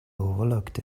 overlooked